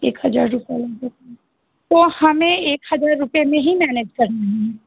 एक हज़ार रुपये लगेगा तो हमें एक हज़ार रुपये में ही मैनेज करना है